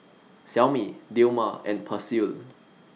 Xiaomi Dilmah and Persil